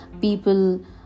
people